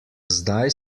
zdaj